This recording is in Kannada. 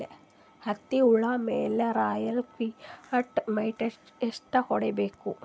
ಹತ್ತಿ ಹುಳ ಮೇಲೆ ರಾಯಲ್ ಕ್ಲಿಯರ್ ಮೈಟ್ ಎಷ್ಟ ಹೊಡಿಬೇಕು?